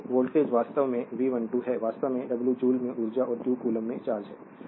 तो वोल्टेज वास्तव में है कि V12 है वास्तव में w जूल में ऊर्जा है और q कोलोम्बस में चार्ज है